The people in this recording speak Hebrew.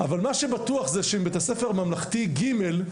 מה שבטוח זה שאם בית הספר ממלכתי ג'